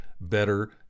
better